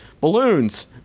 balloons